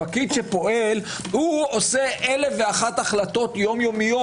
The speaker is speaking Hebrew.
פקיד שפועל הוא עושה אלף החלטות יום-יומיות.